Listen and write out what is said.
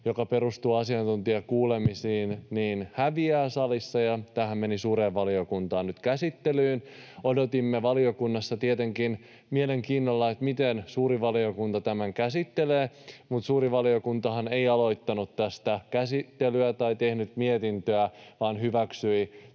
joka perustuu asiantuntijakuulemisiin, häviää salissa, ja tämähän meni suureen valiokuntaan käsittelyyn. Odotimme valiokunnassa tietenkin mielenkiinnolla, miten suuri valiokunta tämän käsittelee, mutta suuri valiokuntahan ei aloittanut tästä käsittelyä tai tehnyt mietintöä, vaan hyväksyi